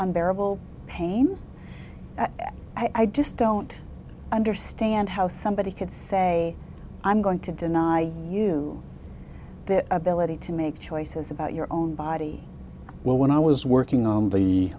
unbearable pain i just don't understand how somebody could say i'm going to deny you the ability to make choices about your own body well when i was working on the